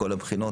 מכל הבחינות,